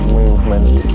movement